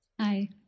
Hi